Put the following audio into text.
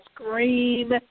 scream